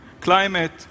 climate